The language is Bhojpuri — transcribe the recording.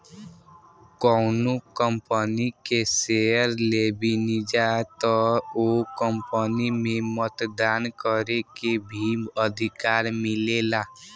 कौनो कंपनी के शेयर लेबेनिजा त ओ कंपनी में मतदान करे के भी अधिकार मिलेला